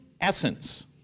essence